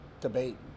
debate